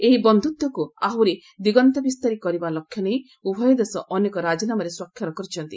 ଏହି ବନ୍ଧୁତ୍ୱକୁ ଆହୁରି ଦିଗନ୍ତବିସ୍ତାରୀ କରିବା ଲକ୍ଷ୍ୟ ନେଇ ଉଭୟ ଦେଶ ଅନେକ ରାଜିନାମାରେ ସ୍ୱାକ୍ଷର କରିଛନ୍ତି